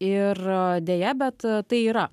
ir deja bet tai yra